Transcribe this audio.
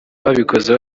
babikoze